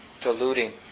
diluting